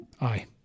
Aye